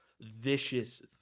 vicious